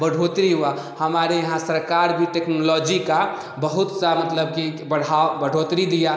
बढ़ोतरी हुआ हमारे यहाँ सरकार भी टेक्नोलॉजी का बहुत सा मतलब कि बढ़ाव बढ़ोतरी दिया